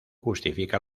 justifica